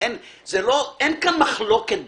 אין כאן מחלוקת בכלל.